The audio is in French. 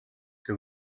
que